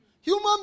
Human